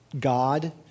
God